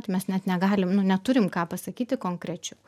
tai mes net negalim nu neturim ką pasakyti konkrečiau